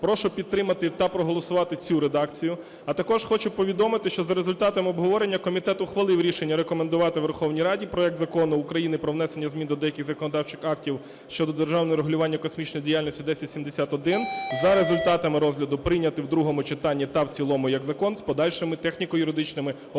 Прошу підтримати та проголосувати цю редакцію. А також хочу повідомити, що за результатами обговорення комітет ухвалив рішення рекомендувати Верховній Раді проект Закону України про внесення змін до деяких законодавчих актів щодо державного регулювання космічної діяльності (1071) за результатами розгляду прийняти в другому читанні та в цілому як закон з подальшими техніко-юридичними опрацюваннями.